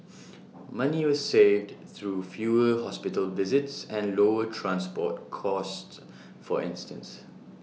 money was saved through fewer hospital visits and lower transport costs for instance